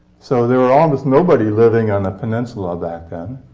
so there were almost nobody living on the peninsula back then.